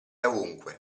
ovunque